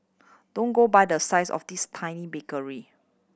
don't go by the size of this tiny bakery